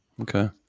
okay